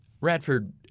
Radford